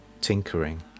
tinkering